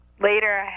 later